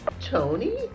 Tony